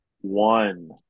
One